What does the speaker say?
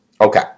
Okay